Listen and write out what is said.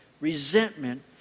Resentment